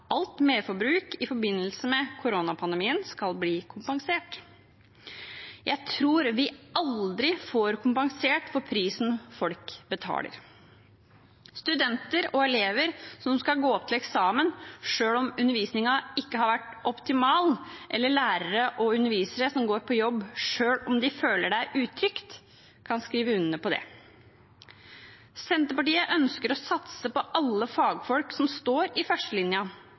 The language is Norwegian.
alt merforbruk i forbindelse med koronapandemien skal bli kompensert. Jeg tror vi aldri får kompensert for prisen folk betaler. Studenter og elever som skal gå opp til eksamen selv om undervisningen ikke har vært optimal, eller lærere og undervisere som går på jobb selv om de føler at det er utrygt, kan skrive under på det. Senterpartiet ønsker å satse på alle fagfolk som står i